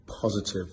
positive